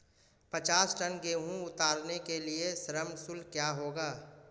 पचास टन गेहूँ उतारने के लिए श्रम शुल्क क्या होगा?